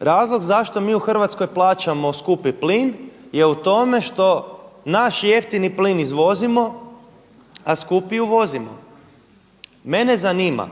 razlog zašto mi u Hrvatskoj plaćamo skupi plin je u tome što naš jeftini plin izvozimo, a skupi uvozimo. Mene zanima